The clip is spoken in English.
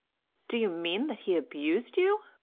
do you mean that he abused you?